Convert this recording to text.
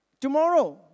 tomorrow